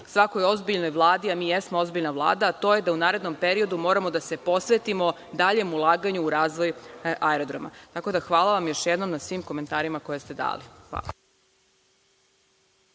svakoj ozbiljnoj Vladi, a mi jesmo ozbiljna Vlada, da u narednom periodu moramo da se posvetimo daljem ulaganju u razvoj aerodroma. Hvala vam još jednom na svim komentarima koje ste dali. Hvala.